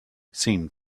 seemed